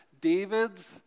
David's